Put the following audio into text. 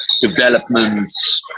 developments